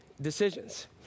decisions